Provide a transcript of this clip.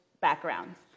backgrounds